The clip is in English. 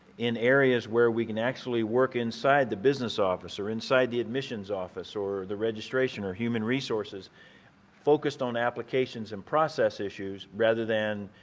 in areas where we can actually work inside the business office or inside the admissions office or the registration or human resources focused on applications and process issues rather than,